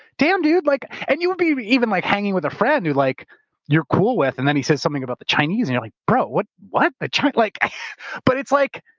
damn dude. like and you would be be even like hanging with a friend who like you're cool with, and then he says something about the chinese and you're like, bro, what, what? like but it's like,